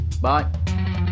Bye